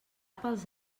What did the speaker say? pels